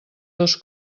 dos